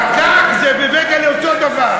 בייגלה,